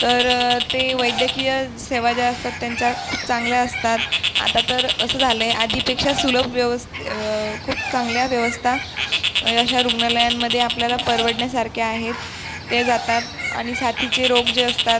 तर ते वैद्यकीय सेवा ज्या असतात त्यांच्या खूप चांगल्या असतात आता तर असं झालेय आधीपेक्षा सुलभ व्यव खूप चांगल्या व्यवस्था अशा रुग्णालयांमध्ये आपल्याला परवडण्यासारख्या आहेत ते जातात आणि साथीचे रोग जे असतात